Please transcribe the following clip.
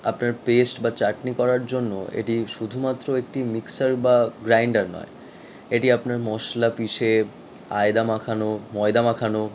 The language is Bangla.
আপনার পেস্ট বা চাটনি করার জন্য এটি শুধুমাত্র একটি মিক্সার বা গ্রাইন্ডার নয় এটি আপনার মশলা পিষে আয়দা মাখানো ময়দা মাখানো